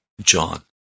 John